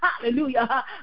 Hallelujah